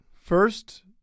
First